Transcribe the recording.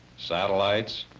satellites,